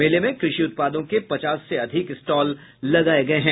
मेले में कृषि उत्पादों के पचास से अधिक स्टॉल लगाए गये हैं